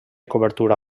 coberta